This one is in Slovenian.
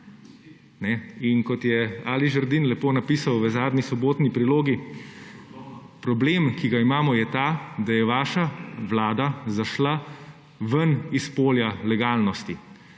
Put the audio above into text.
Kot je Ali Žerdin lepo napisal v zadnji Sobotni prilogi, problem, ki ga imamo, je ta, da je vaša vlada zašla iz polja legalnosti.